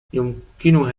يمكنها